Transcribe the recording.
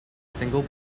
single